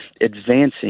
advancing